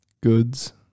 goods